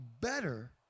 better